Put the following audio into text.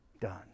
done